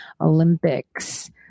Olympics